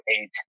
eight